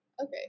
Okay